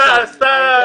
אגרקסקו זה לא המדינה.